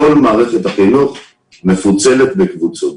כל מערכת החינוך מפוצלת בקבוצות.